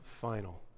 final